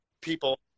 people